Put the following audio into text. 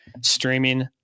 streaming